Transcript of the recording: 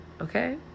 okay